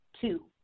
two